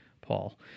Paul